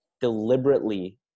deliberately